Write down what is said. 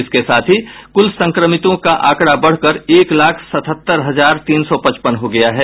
इसके साथ ही कुल संक्रमितों का आंकड़ा बढ़कर एक लाख सतहत्तर हजार तीन सौ पचपन हो गया है